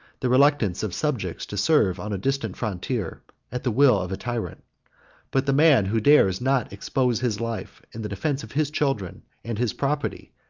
the reluctance of subjects to serve on a distant frontier, at the will of a tyrant but the man who dares not expose his life in the defence of his children and his property,